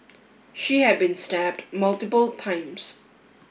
she had been stabbed multiple times